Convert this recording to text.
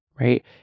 right